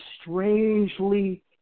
strangely